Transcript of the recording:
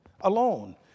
Alone